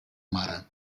mare